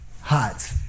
hot